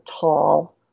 tall